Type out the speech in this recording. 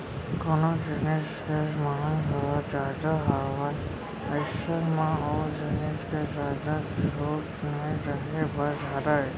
कोनो जिनिस के मांग ह जादा हावय अइसन म ओ जिनिस के जादा छूट नइ रहें बर धरय